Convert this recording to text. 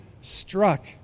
struck